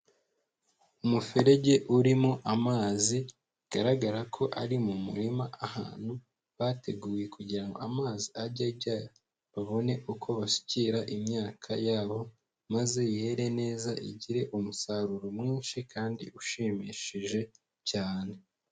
Umuferege urimo amazi bigaragara ko ari mu murima ahantu bateguye kugira ngo amazi ajye ajya babone uko basukira imyaka yabo, maze yere neza igire umusaruro mwinshi kandi ushimishije cyane.